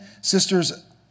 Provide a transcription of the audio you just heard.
Sisters